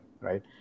right